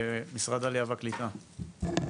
משרד הקליטה,